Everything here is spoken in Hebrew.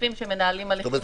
נוספים שמנהלים --- זאת אומרת,